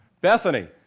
Bethany